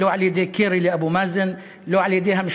לא על-ידי קרי לאבו מאזן,